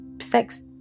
sex